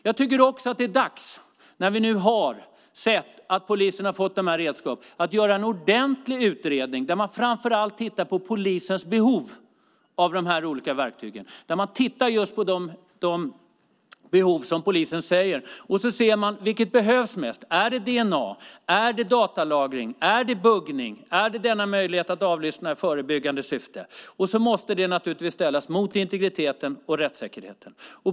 Jag tycker också att det är dags, när vi nu har sett att polisen har fått de här redskapen, att göra en ordentlig utredning där man framför allt tittar på de behov av olika verktyg som polisen säger att de har. Då ser vi vilket som behövs mest, om det är dna, datalagring eller buggning, denna möjlighet att avlyssna i förebyggande syfte. Detta måste naturligtvis ställas mot integriteten och rättssäkerheten.